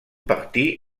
parti